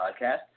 podcast